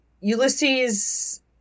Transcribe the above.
Ulysses